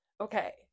okay